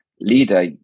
leader